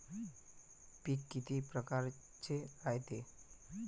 पिकं किती परकारचे रायते?